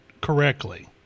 correctly